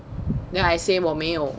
then I say 我没有